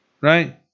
right